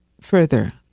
further